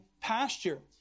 pasture